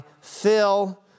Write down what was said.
fill